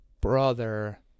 brother